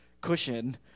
cushion